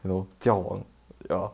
you know 交往 ya